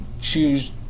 choose